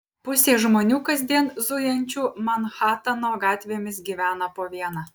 pusė žmonių kasdien zujančių manhatano gatvėmis gyvena po vieną